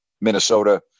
Minnesota